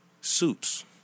suits